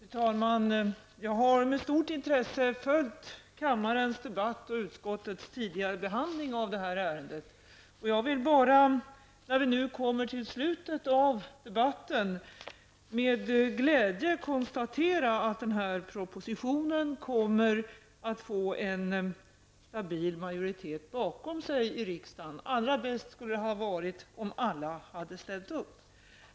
Fru talman! Jag har med stort intresse följt kammarens debatt och kammarens tidigare behandling av detta ärende. När vi nu kommer till slutet av denna debatt kan jag med glädje konstatera att propositionen kommer att få en stabil majoritet bakom sig i riksdagen. Allra bäst hade det förstås varit om alla partier ställt upp på den.